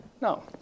No